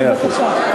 בבקשה.